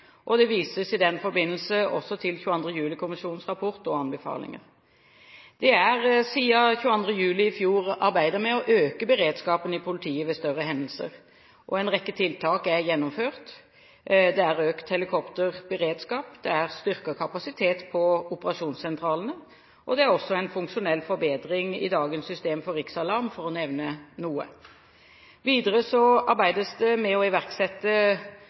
og det vises i den forbindelse også til 22. juli-kommisjonens rapport og anbefalinger. Det er siden 22. juli i fjor arbeidet med å øke beredskapen i politiet ved større hendelser, og en rekke tiltak er gjennomført. Det er økt helikopterberedskap, det er styrket kapasitet på operasjonssentralene, og det er også en funksjonell forbedring av dagens system for riksalarm – for å nevne noe. Videre arbeides det med å iverksette